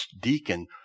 deacon